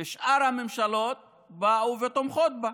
ושאר הממשלות באו ותמכו בו.